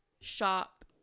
shop